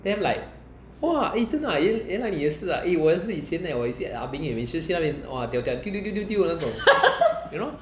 then I'm like !wah! eh 真的啊原来你也是啊 eh 我也是以前 leh 我也是 ahbeng 每次去那边 you know